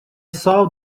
saw